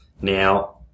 Now